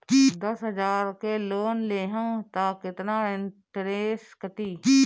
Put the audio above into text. दस हजार के लोन लेहम त कितना इनट्रेस कटी?